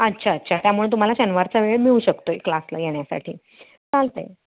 अच्छा अच्छा त्यामुळे तुम्हाला शनिवारचा वेळ मिळू शकतो क्लासला येण्यासाठी चालतं आहे